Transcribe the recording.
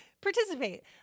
participate